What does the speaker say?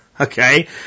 Okay